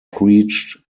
preached